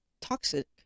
toxic